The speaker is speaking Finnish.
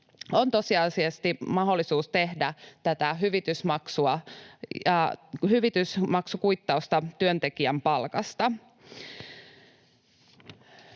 on tosiasiallisesti mahdollisuus tehdä tätä hyvitysmaksukuittausta työntekijän palkasta.